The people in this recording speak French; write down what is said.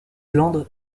glandes